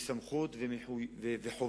יש סמכות וחובה